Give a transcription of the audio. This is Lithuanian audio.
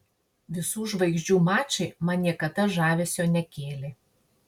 visų žvaigždžių mačai man niekada žavesio nekėlė